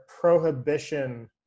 prohibition